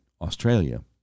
Australia